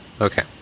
Okay